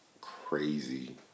crazy